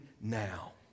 now